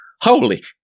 Holy